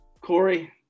Corey